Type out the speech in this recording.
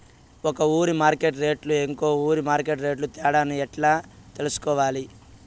ఒక ఊరి మార్కెట్ రేట్లు ఇంకో ఊరి మార్కెట్ రేట్లు తేడాను నేను ఎట్లా తెలుసుకునేది?